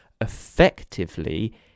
effectively